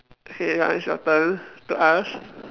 K now is your turn to ask